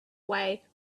way